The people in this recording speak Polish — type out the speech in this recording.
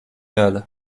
nel